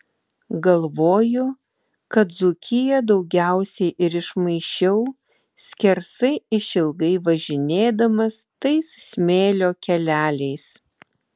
galvoju kad dzūkiją daugiausiai ir išmaišiau skersai išilgai važinėdamas tais smėlio keleliais